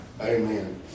Amen